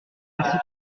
merci